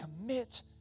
commit